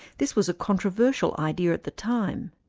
this was a controversial idea at the time.